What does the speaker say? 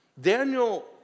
Daniel